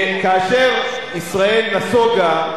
כאשר ישראל נסוגה,